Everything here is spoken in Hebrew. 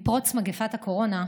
עם פרוץ מגפת הקורונה,